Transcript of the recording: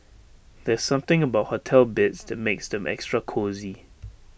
there's something about hotel beds that makes them extra cosy